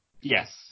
Yes